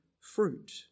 fruit